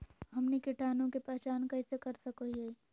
हमनी कीटाणु के पहचान कइसे कर सको हीयइ?